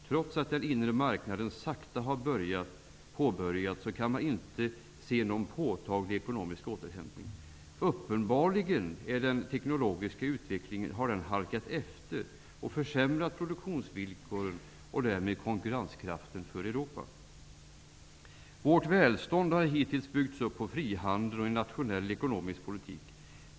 Trots att den inre marknaden sakta har börjat verka kan man inte se någon påtaglig ekonomisk återhämtning. Uppenbarligen har den tekniska utvecklingen halkat efter och försämrat produktionsvillkoren och därmed konkurrenskraften för Europa. Vårt välstånd har hittills byggt på frihandel och en nationell ekonomisk politik.